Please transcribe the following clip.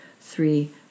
three